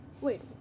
Wait